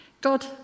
god